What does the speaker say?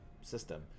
system